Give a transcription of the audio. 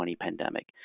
pandemic